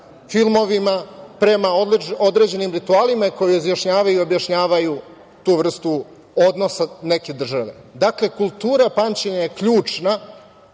filmovima, prema određenim ritualima koji izjašnjavaju i objašnjavaju tu vrstu odnosa neke države. Dakle, kultura pamćenja je ključna,